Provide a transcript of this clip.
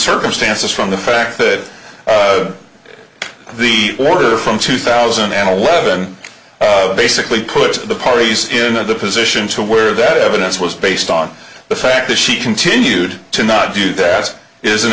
circumstances from the fact that the order from two thousand and eleven basically puts the parties in the position to where that evidence was based on the fact that she continued to not do that is an